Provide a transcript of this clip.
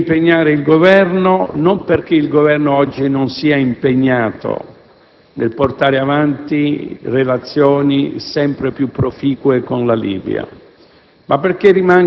per impegnare il Governo - e non perché oggi il Governo non sia impegnato - a portare avanti relazioni sempre più proficue con la Libia,